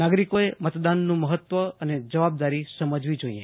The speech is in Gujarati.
નાગરીકોએ મતદાનનું મહત્વ અને જવાબદારી સમજવી જોઇએ